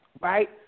right